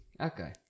Okay